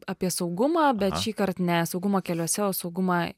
apie saugumą bet šįkart ne saugumą keliuose o saugumą